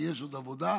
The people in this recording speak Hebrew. יש עוד עבודה.